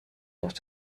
durch